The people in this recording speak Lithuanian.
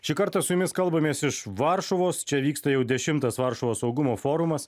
šį kartą su jumis kalbamės iš varšuvos čia vyksta jau dešimtas varšuvos saugumo forumas